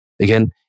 Again